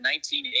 1980